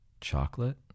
Chocolate